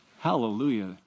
Hallelujah